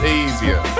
easier